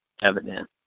evident